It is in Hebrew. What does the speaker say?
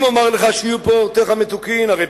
אם אומר לך שיהיו פירותיך מתוקים,